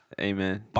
Amen